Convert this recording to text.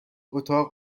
اتاق